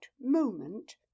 moment